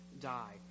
die